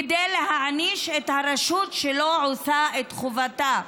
כדי להעניש את הרשות שלא עושה את חובתה.